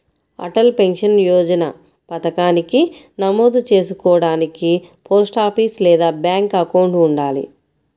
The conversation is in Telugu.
అటల్ పెన్షన్ యోజన పథకానికి నమోదు చేసుకోడానికి పోస్టాఫీస్ లేదా బ్యాంక్ అకౌంట్ ఉండాలి